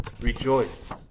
Rejoice